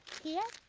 here,